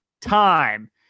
time